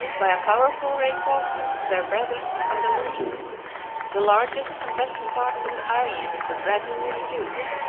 by a powerful reenforcement of their brethren of andalusia the largest and western part of the island was gradually reduced,